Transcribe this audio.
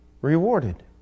rewarded